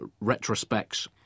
Retrospects